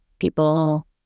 People